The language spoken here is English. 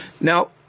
Now